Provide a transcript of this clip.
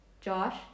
Josh